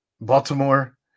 Baltimore